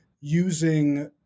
using